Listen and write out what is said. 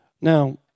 Now